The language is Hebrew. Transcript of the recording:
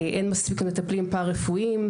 אין מספיק מטפלים פארא-רפואיים.